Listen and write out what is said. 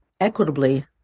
equitably